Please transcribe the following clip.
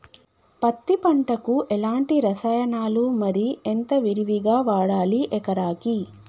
పత్తి పంటకు ఎలాంటి రసాయనాలు మరి ఎంత విరివిగా వాడాలి ఎకరాకి?